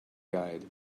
guide